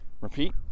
repeat